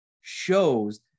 shows